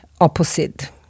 opposite